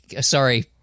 Sorry